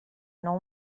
nou